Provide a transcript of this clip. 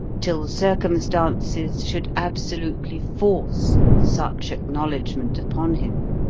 till circumstances should absolutely force such acknowledgment upon him.